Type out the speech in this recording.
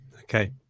okay